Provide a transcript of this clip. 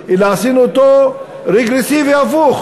אלא עשינו אותו רגרסיבי הפוך: